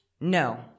No